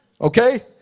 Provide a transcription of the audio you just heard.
okay